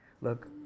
Look